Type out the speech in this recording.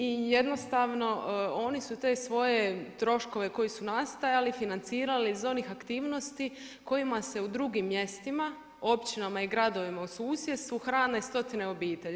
I jednostavno oni su te svoje troškove koji su nastajali financirali iz onih aktivnosti kojima se u drugim mjestima, općinama i gradovima u susjedstvu hrane stotine obitelji.